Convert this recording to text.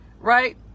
right